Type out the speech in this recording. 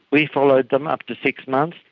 we followed them up to six months.